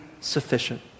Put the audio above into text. sufficient